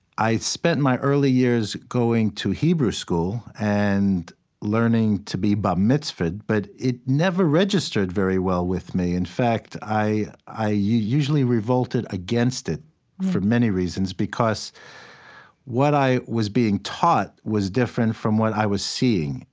i spent my early years going to hebrew school and learning to be bar mitzvah'd, but it never registered very well with me. in fact, i i usually revolted against it for many reasons, because what i was being taught was different from what i was seeing,